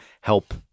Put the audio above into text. help